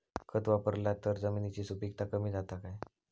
खत वापरला तर जमिनीची सुपीकता कमी जाता काय?